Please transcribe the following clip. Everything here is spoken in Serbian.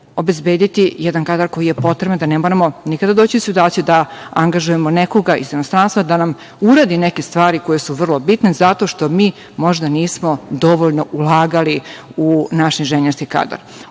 obezbediti jedan kadar koji je potreban da ne moramo nikada doći u situaciju da angažujemo nekoga iz inostranstva da nam uradi neke stvari koje su vrlo bitne zato što mi možda nismo dovoljno ulagali u naš inženjerski kadar. Ono